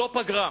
לא פגרה.